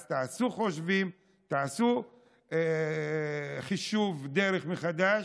אז תעשו חושבים, תעשו חישוב דרך מחדש,